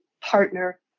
partner